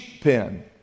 pen